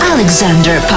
Alexander